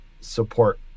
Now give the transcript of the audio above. support